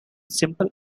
simple